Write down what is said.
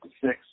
six